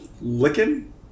Licking